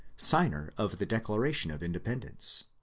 signer of the declaration of independence.